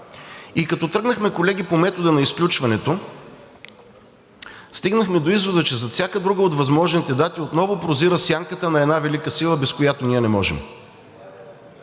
И като тръгнахме, колеги, по метода на изключването, стигнахме до извода, че зад всяка друга от възможните дати отново прозира сянката на една велика сила, без която ние не можем,